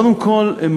קודם כול,